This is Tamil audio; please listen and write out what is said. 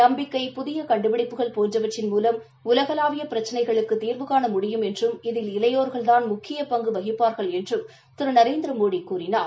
நம்பிக்கை புதிய கண்டுபிடிப்புகள் போன்றவற்றின் மூலம் உலகளாவிய பிரச்சினைகளுக்கு தீர்வுகாண முடியும் என்றும் இதில் இளையோகள்தான் முக்கிய பங்கு வகிப்பாாகள் என்றும் திரு நரேந்திரமோடி கூறினார்